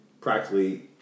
practically